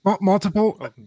multiple